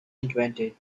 invented